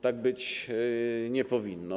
Tak być nie powinno.